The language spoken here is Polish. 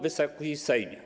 Wysoki Sejmie!